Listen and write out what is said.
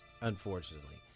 unfortunately